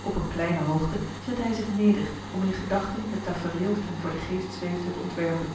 op een kleine hoogte zette hij zich neder om in gedachten het tafereel dat hem voor den geest zweefde te ontwerpen